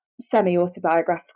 semi-autobiographical